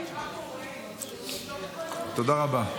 תודה רבה.